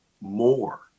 more